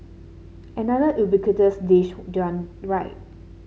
another ubiquitous dish done right